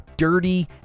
dirty